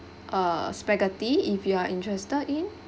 uh spaghetti if you are interested in